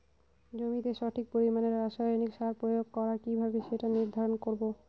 জমিতে সঠিক পরিমাণে রাসায়নিক সার প্রয়োগ করা কিভাবে সেটা নির্ধারণ করব?